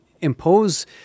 impose